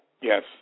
Yes